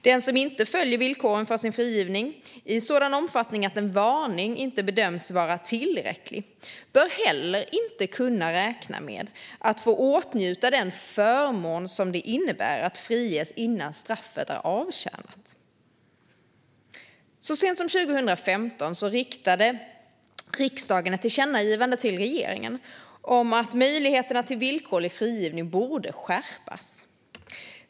Den som bryter mot villkoren för sin frigivning i sådan omfattning att en varning inte bedöms vara tillräcklig bör heller inte kunna räkna med att få åtnjuta den förmån det innebär att friges innan straffet är avtjänat. Så sent som 2015 riktade riksdagen ett tillkännagivande till regeringen om att möjligheterna till villkorlig frigivning borde skärpas.